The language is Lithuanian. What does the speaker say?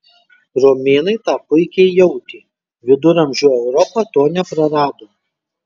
romėnai tą puikiai jautė viduramžių europa to neprarado